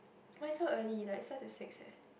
but it's so early like it starts at six eh